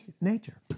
nature